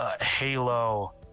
Halo